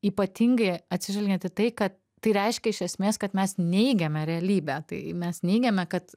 ypatingai atsižvelgiant į tai kad tai reiškia iš esmės kad mes neigiame realybę tai mes neigiame kad